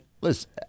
listen